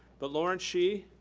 but lawrence shih.